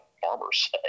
farmers